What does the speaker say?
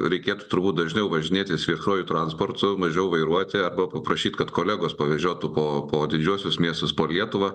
reikėtų turbūt dažniau važinėtis viešuoju transportu mažiau vairuoti arba paprašyt kad kolegos pavežiotų po po didžiuosius miestus po lietuvą